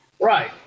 Right